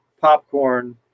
popcorn